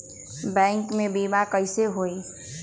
Bank से बिमा कईसे होई?